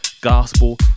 gospel